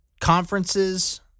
conferences